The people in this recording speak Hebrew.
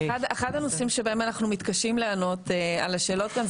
אחד הנושאים שבהם אנחנו מתקשים לענות על השאלות כאן,